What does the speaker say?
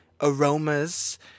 aromas